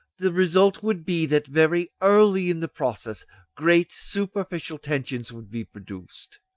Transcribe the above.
the result would be that very early in the process great superficial tensions would be produced,